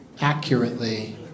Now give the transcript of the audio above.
accurately